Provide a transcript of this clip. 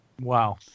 Wow